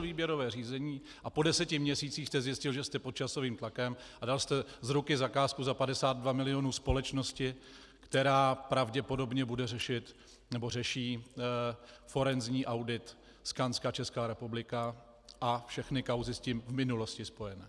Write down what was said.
Zrušil jste výběrové řízení a po deseti měsících jste zjistil, že jste pod časovým tlakem, a dal jste z ruky zakázku na 52 milionů korun společnosti, která pravděpodobně bude řešit nebo řeší forenzní audit Skanska Česká republika a všechny kauzy s tím v minulosti spojené.